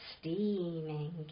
Steaming